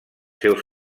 seus